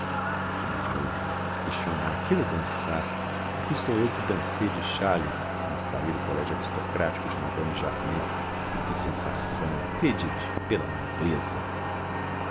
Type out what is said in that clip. que nojo e chamam áquillo dansar aqui estou eu que dansei de chale quando saí do collegio aristocratico de madame jarmé fiz sensação acredite pela nobreza